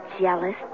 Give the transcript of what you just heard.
jealous